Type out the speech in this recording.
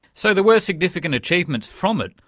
so there were significant achievements from it.